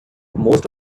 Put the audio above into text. most